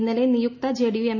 ഇന്നലെ നിയുക്ത JDU M